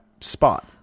spot